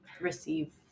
receive